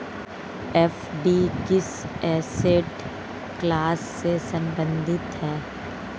FD किस asset class से संबंधित है?